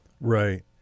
Right